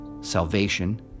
Salvation